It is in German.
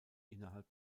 innerhalb